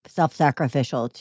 self-sacrificial